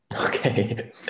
Okay